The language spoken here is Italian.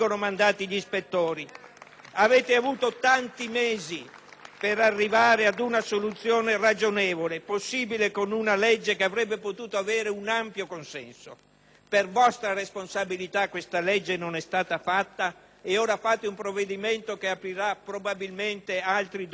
Avete avuto tanti mesi per arrivare ad una soluzione ragionevole, possibile con una legge che avrebbe potuto avere un ampio consenso. Per vostra responsabilità questa legge non è stata fatta ed ora fate un provvedimento che aprirà probabilmente altri dolorosi contenziosi.